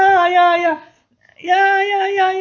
ya ya ya ya ya ya